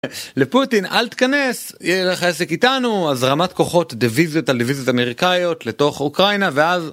לפוטין אל תיכנס יהיה לך עסק איתנו אז רמת כוחות דיוויזיות על דיוויזיות אמריקאיות לתוך אוקראינה ואז..